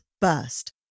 burst